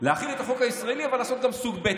להחיל את החוק הישראלי אבל לעשות גם סוג ב'.